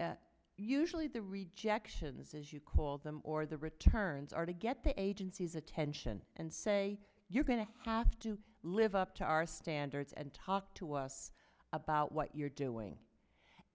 stopped usually the rejections as you call them or the returns are to get the agency's attention and say you're going to have to live up to our standards and talk to us about what you're doing